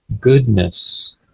goodness